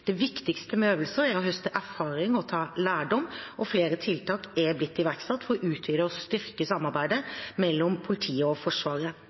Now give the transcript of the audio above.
Det viktigste med øvelser er å høste erfaring og ta lærdom, og flere tiltak er blitt iverksatt for å utvide og styrke samarbeidet mellom politiet og Forsvaret.